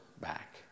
back